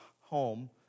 home